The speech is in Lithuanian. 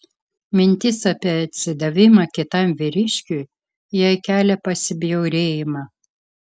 mintis apie atsidavimą kitam vyriškiui jai kelia pasibjaurėjimą